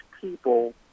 people